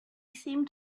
seemed